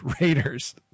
Raiders